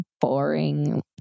boring